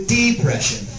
depression